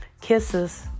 Kisses